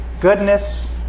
goodness